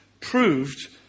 proved